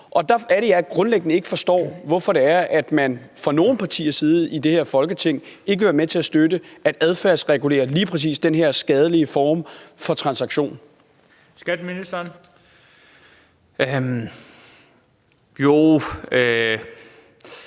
og der er det, at jeg grundlæggende ikke forstår, hvorfor man fra nogle partiers side i det her Folketing ikke vil være med til at støtte at adfærdsregulere lige præcis den her skadelige form for transaktioner. Kl.